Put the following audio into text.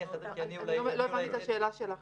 לא הבנתי את השאלה שלך.